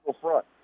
front